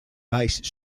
base